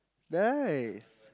nice